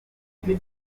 agiye